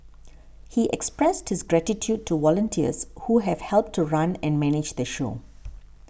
he expressed his gratitude to volunteers who have helped to run and manage the show